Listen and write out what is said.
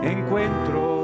Encuentro